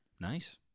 Nice